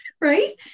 Right